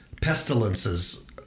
pestilences